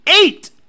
Eight